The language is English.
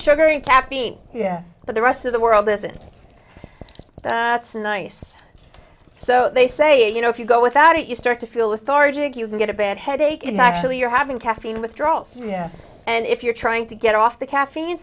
and caffeine yeah but the rest of the world isn't that's nice so they say you know if you go without it you start to feel lethargic you can get a bad headache it's actually you're having caffeine withdrawal so yeah and if you're trying to get off the caffeine